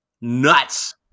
nuts